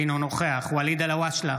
אינו נוכח ואליד אלהואשלה,